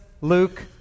Luke